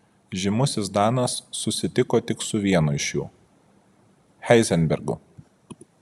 žymusis danas susitiko tik su vienu iš jų heizenbergu